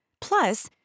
Plus